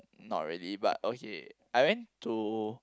not really but okay I went to